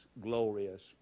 glorious